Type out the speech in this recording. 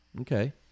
Okay